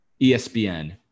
ESPN